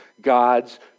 God's